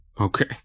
Okay